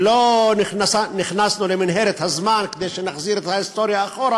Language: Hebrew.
ולא נכנסנו למנהרת הזמן כדי שנחזיר את ההיסטוריה אחורה,